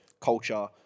culture